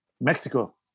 Mexico